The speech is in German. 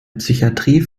psychiatrie